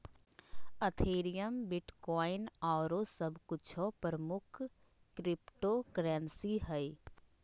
Ethereum, bitcoin आउरो सभ कुछो प्रमुख क्रिप्टो करेंसी हइ